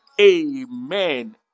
Amen